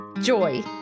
joy